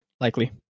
Likely